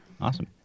Awesome